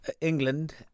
England